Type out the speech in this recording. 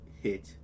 hit